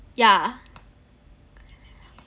yeah